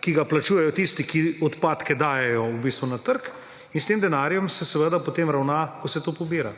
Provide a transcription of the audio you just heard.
ki ga plačujejo tisti, ki odpadke dajejo v bistvu na trg, in s tem denarjem se seveda ravna, potem ko se to pobira.